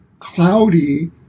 cloudy